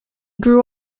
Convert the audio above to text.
grew